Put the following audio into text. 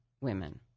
women